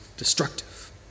destructive